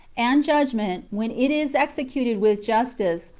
and judgment, when it is executed with justice,